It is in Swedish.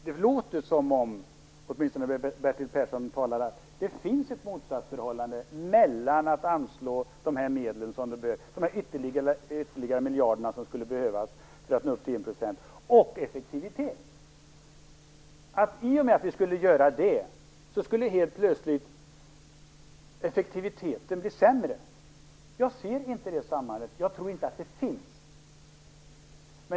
Det låter, åtminstone när Bertil Persson talar, som om det finns ett motsatsförhållande mellan att anslå de ytterligare miljarder som behövs för att nå upp till enprocentsmålet och effektivitet. I och med att vi skulle anslå pengarna skulle effektiviteten helt plötsligt bli sämre. Jag ser inte det sambandet. Jag tror inte att det finns.